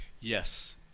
Yes